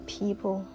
people